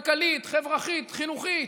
כלכלית, חברתית, חינוכית.